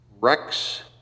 Rex